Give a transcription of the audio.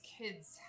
kids